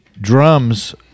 drums